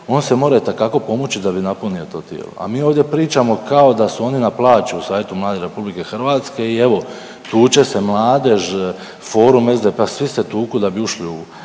on se mora itekako pomučiti da bi napunio to tijelo, a mi ovdje pričamo kao da su oni na plaći u savjetu mladih RH i evo, tuče se mladež, Forum SDP-a, svi se tuku da bi ušli u